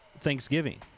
Thanksgiving